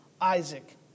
Isaac